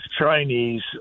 Chinese